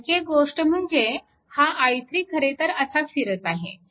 आणखी एक गोष्ट म्हणजे हा i3 खरेतर असा फिरत आहे